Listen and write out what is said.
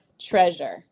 treasure